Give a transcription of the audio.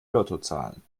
lottozahlen